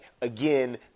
again